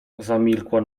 zamilkła